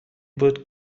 بود